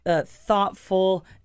thoughtful